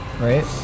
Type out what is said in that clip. Right